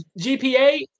GPA